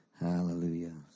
Hallelujah